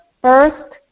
first